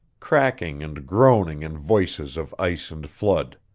cracking and groaning in voices of ice and flood.